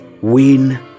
win